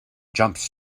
jumps